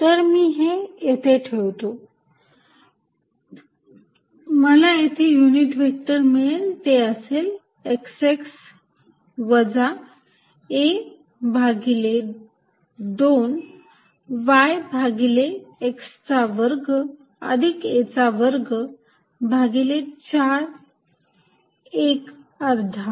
तर मी हे येथे ठेवतो मला येथे युनिट व्हेक्टर मिळेल ते असेल x x वजा a भागिले 2 y भागिले x चा वर्ग अधिक a चा वर्ग भागिले 4 एक अर्धा